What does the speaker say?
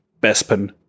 Bespin